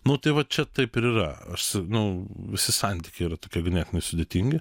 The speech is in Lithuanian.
nu tai va čia taip ir yra aš nu visi santykiai yra tokie ganėtinai sudėtingi